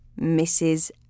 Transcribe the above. Mrs